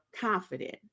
confident